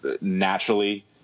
naturally